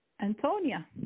Antonia